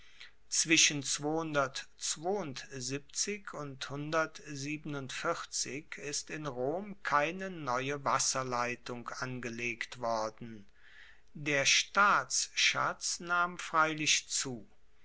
zwischen und ist in rom keine neue wasserleitung angelegt worden der staatsschatz nahm freilich zu